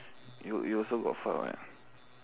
you you also got fart what